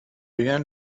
began